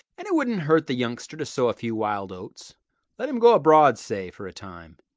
and it wouldn't hurt the youngster to sow a few wild oats let him go abroad, say, for a time.